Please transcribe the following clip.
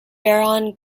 baron